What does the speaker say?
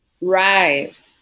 Right